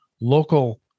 local